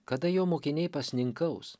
kada jo mokiniai pasninkaus